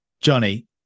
Johnny